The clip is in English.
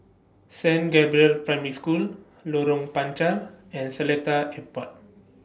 Saint Gabriel's Primary School Lorong Panchar and Seletar Airport